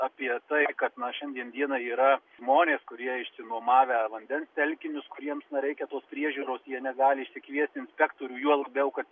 apie tai kad nuo šiandien dieną yra žmonės kurie išsinuomodavę vandens telkinius kuriems nereikia priežiūros jie negali išsikviesti inspektorių juo labiau kad